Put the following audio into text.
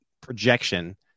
projection